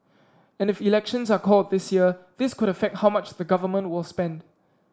and if elections are called this year this could affect how much the Government will spend